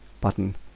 button